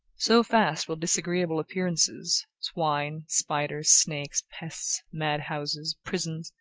so fast will disagreeable appearances, swine, spiders, snakes, pests, madhouses, prisons,